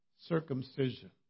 circumcision